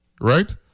right